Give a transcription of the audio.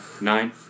Nine